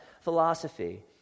philosophy